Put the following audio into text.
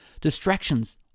Distractions